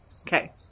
Okay